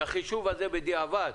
שהחישוב הזה בדיעבד